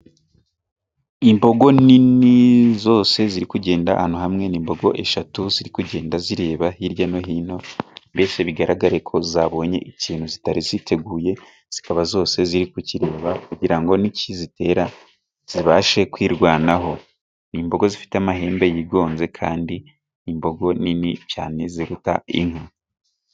Imbogo nini zose ziri kugenda ahantu hamwe, ni imbogo eshatu ziri kugenda zireba hirya no hino, mbese bigaragare ko zabonye ikintu zitari ziteguye, zikaba zose ziri kukireba kugira ngo nikizitera zibashe kwirwanaho. Ni imbogo zifite amahembe yigonze, kandi ni imbogo nini cyane ziruta inka.